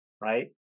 right